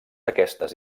aquestes